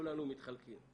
וכולנו מתחלקים.